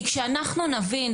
כי כשאנחנו נבין,